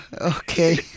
okay